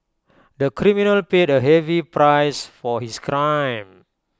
the criminal paid A heavy price for his crime